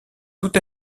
tout